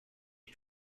you